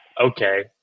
okay